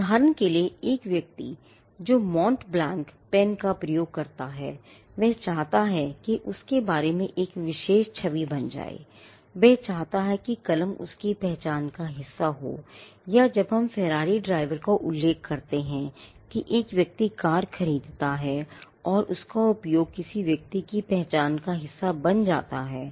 उदाहरण के लिए एक व्यक्ति जो एक Mont Blanc पेन का प्रयोग करता है वह चाहता है कि उसके बारे में एक विशेष छवि बन जाए वह चाहता है कि कलम उसकी पहचान का हिस्सा हो या जब हम फेरारी ड्राइवर का उल्लेख करते हैं कि एक व्यक्ति कार खरीदता है और इसका उपयोग किसी व्यक्ति की पहचान का हिस्सा बन जाता है